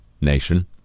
nation